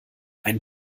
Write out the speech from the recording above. ein